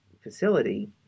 facility